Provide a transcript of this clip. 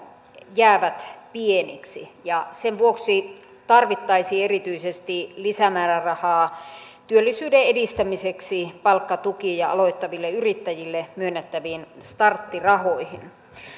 jäävät pieniksi sen vuoksi tarvittaisiin erityisesti lisämäärärahaa työllisyyden edistämiseksi palkkatukiin ja aloittaville yrittäjille myönnettäviin starttirahoihin